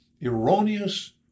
erroneous